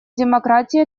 демократии